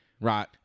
Right